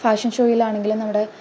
fashion ഷോയിലാണെങ്കിലും നമ്മുടെ